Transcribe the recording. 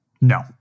No